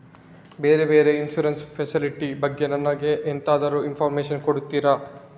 ಬೇರೆ ಬೇರೆ insurance facility ಬಗ್ಗೆ ನನಗೆ ಎಂತಾದ್ರೂ ಇನ್ಫೋರ್ಮೇಷನ್ ಕೊಡ್ತೀರಾ?